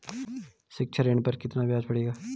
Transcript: शिक्षा ऋण पर कितना ब्याज पड़ेगा?